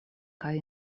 kaj